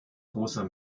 großer